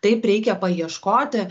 taip reikia paieškoti